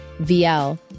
VL